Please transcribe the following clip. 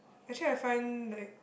actually I find like